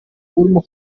urimo